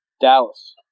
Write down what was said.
Dallas